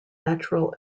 natural